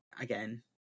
again